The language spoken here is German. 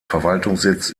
verwaltungssitz